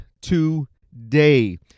Today